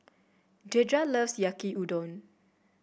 Dedra loves Yaki Udon